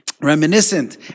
Reminiscent